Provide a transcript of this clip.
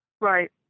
Right